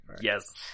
Yes